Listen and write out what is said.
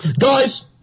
Guys